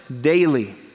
daily